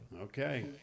Okay